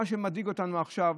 מה שמדאיג אותנו עכשיו,